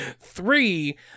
Three